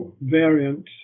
variant